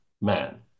man